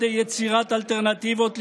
על ידי יצירת אלטרנטיבות לכאורה.